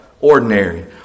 ordinary